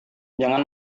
jangan